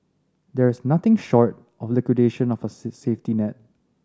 there is nothing short of liquidation of a safety net